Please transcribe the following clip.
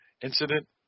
Incident